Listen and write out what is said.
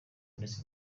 ndetse